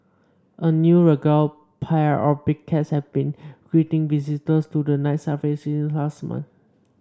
a new regal pair of big cats has been greeting visitors to the Night Safari since last month